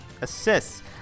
assists